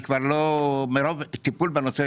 מרוב טיפול בנושא,